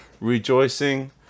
rejoicing